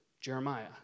Jeremiah